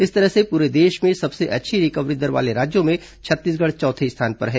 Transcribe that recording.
इस तरह से पूरे देश में सबसे अच्छी रिकवरी दर वाले राज्यों में छत्तीसगढ़ चौथे स्थान पर है